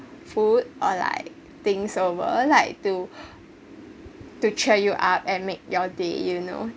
food or like things over like to to cheer you up and make your day you know